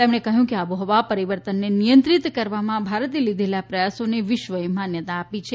તેમણે કહ્યું કે આબોહવા પરિવર્તનને નિયંત્રિત કરવામાં ભારતે લીઘેલા પ્રયાસોને વિશ્વએ માન્યતા આપી છે